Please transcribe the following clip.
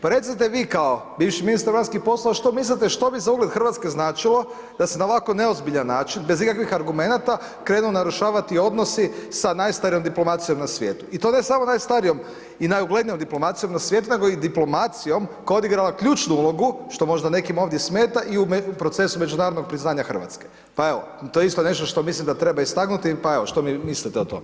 Pa recite vi kao bivši ministar vanjskih poslova, što mislite što bi za ugled Hrvatske značilo da se na ovako neozbiljan način, bez ikakvih argumenata krenu narušavati odnosi sa najstarijom diplomacijom na svijetu i to ne samo najstarijom i najuglednijom diplomacijom na svijetu nego i diplomacijom koja je odigrala ključnu ulogu što nekim možda ovdje nešto smeta i u procesu međunarodnog priznanja Hrvatske pa evo, to je isto nešto što mislim da treba istaknuti pa evo, što mislite o tome?